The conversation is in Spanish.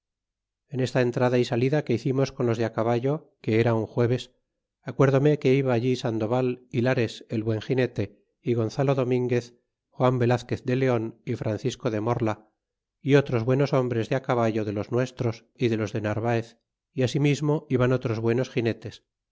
en esta entrada y salida que hicimos con los de caballo que era un jueves acuérdome que iba allí sandoval y lares el buen ginete y gonzalo domínguez juan velazquez de leon y francisco de morla y otros buenos hombres de caballo de los nuestros y de los de narvaez é asimismo iban otros buenos